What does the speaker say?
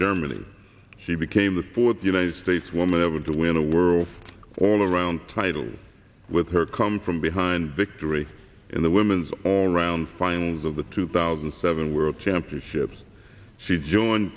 germany he became the fourth united states woman ever to win a world all around title with her come from behind victory in the women's all around finals of the two thousand and seven world championships she joined